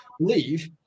Leave